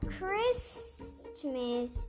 Christmas